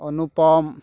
Anupam